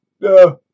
no